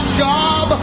job